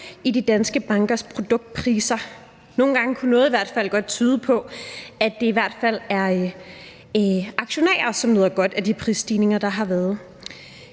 i de danske bankers produktpriser. Nogle gange kunne noget i hvert fald godt tyde på, at det er aktionærer, som nyder godt af de prisstigninger, der har været.